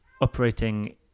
operating